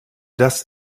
das